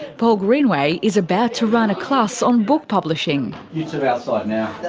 paul greenway is about to run a class on book publishing. you two outside now. that